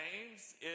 names